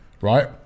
right